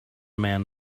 man